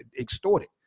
extorted